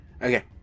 Okay